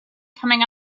coming